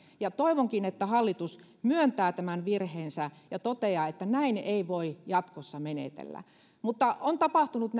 ja toivonkin että hallitus myöntää tämän virheensä ja toteaa että näin ei voi jatkossa menetellä mutta näissä kriisirahoituksissa on tapahtunut